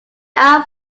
are